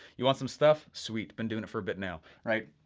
you want some stuff, sweet, been doing it for a bit now. right,